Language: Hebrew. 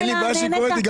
שירותים,